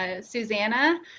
Susanna